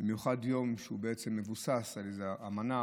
יום שמבוסס על אמנה